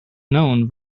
known